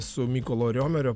su mykolo riomerio